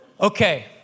Okay